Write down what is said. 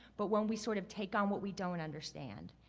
but when we sort of take on what we don't understand.